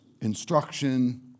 instruction